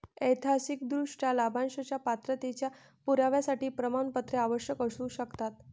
ऐतिहासिकदृष्ट्या, लाभांशाच्या पात्रतेच्या पुराव्यासाठी प्रमाणपत्रे आवश्यक असू शकतात